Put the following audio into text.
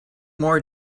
more